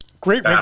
Great